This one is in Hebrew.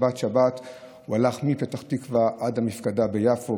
שבת-שבת הוא הלך מפתח תקווה עד המפקדה ביפו,